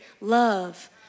love